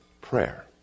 prayer